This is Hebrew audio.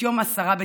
ביום עשרה בטבת.